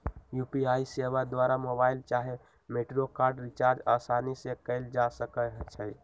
UPI सेवा द्वारा mobile चाहे मेट्रो कार्ड रिचार्ज असानी से कएल जा सकइ छइ